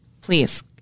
please